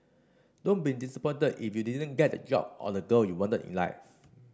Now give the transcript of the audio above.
don't be disappointed if you didn't get the job or the girl you wanted in life